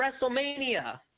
WrestleMania